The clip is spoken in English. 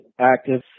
active